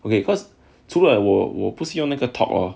okay cause 除了我我不是用那个 talk hor